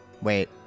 Wait